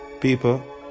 people